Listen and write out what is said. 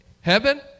heaven